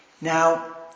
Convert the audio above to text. Now